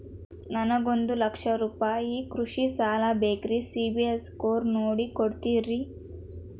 ನನಗೊಂದ ಲಕ್ಷ ರೂಪಾಯಿ ಕೃಷಿ ಸಾಲ ಬೇಕ್ರಿ ಸಿಬಿಲ್ ಸ್ಕೋರ್ ನೋಡಿ ಕೊಡ್ತೇರಿ?